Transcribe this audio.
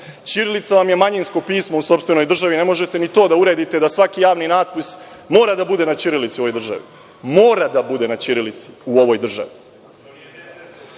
Ćirilica vam je manjinsko pismo u sopstvenoj državi, ne možete ni to da uredite da svaki javni natpis mora da bude na ćirilici u ovoj državi. Mora da bude na ćirilici u ovoj državi. Sporite